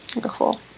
cool